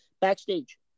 Backstage